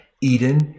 Eden